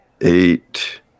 eight